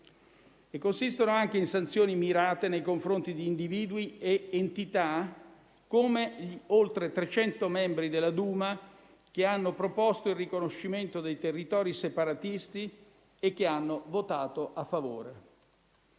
tre istituti bancari; in sanzioni mirate nei confronti di individui e entità, come gli oltre 300 membri della Duma che hanno proposto il riconoscimento dei territori separatisti e che hanno votato a favore.